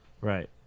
Right